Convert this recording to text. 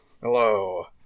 Hello